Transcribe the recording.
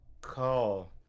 call